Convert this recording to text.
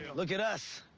look at us,